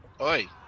Oi